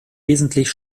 wesentlich